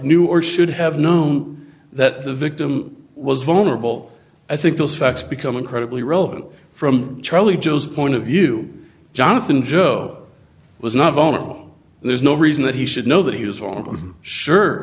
knew or should have known that the victim was vulnerable i think those facts become incredibly relevant from charlie joe's point of view jonathan joe was not on there's no reason that he should know that he was on